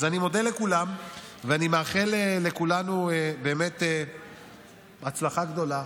אז אני מודה לכולם ואני מאחל לכולנו באמת הצלחה גדולה,